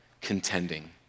contending